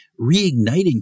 reigniting